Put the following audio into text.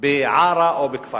בעארה או בכפר-קרע.